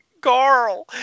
Carl